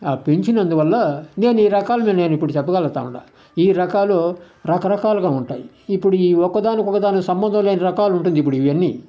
పెంచినందువల్ల నేను ఈ రకాలను నేను ఇప్పుడు చెప్పగలుగుతా ఉండా ఈ రకాలు రకరకాలుగా ఉంటాయి ఇప్పుడు ఈ ఒక్కదానికొకదానికి సంబంధం లేని రకాలుంటుంది ఇబ్బుడు ఇవన్నీ